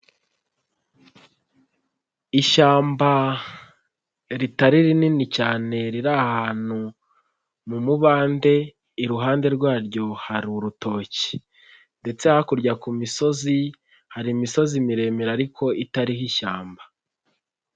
Ishyamba ritari rinini cyane riri ahantu mu mubande, iruhande rwaryo hari urutoki ndetse hakurya ku misozi hari imisozi miremire ariko itariho ishyamba.